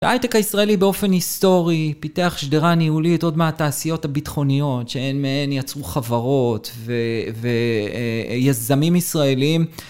הייטק הישראלי באופן היסטורי פיתח שדרה ניהולית עוד מהתעשיות הביטחוניות שהן מהן יצרו חברות ויזמים ישראלים.